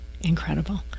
Incredible